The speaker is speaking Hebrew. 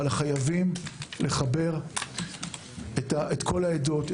אבל חייבים לחבר את כל העדות,